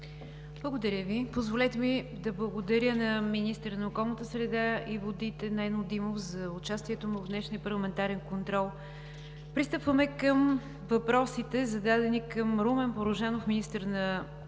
Благодаря Ви. Позволете ми да благодаря на министъра на околната среда и водите Нено Димов за участието му в днешния парламентарен контрол. Пристъпваме към въпросите, зададени към Румен Порожанов – министър на земеделието,